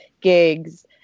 gigs